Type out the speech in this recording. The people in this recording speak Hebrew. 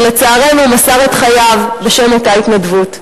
ולצערנו מסר את חייו בשם אותה התנדבות.